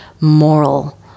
moral